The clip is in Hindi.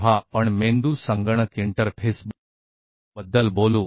मस्तिष्क कंप्यूटर इंटरफेस के बारे में बात करते हैं